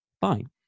fine